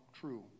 true